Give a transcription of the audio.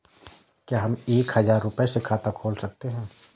क्या हम एक हजार रुपये से खाता खोल सकते हैं?